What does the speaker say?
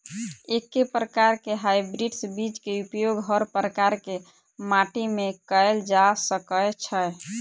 एके प्रकार केँ हाइब्रिड बीज केँ उपयोग हर प्रकार केँ माटि मे कैल जा सकय छै?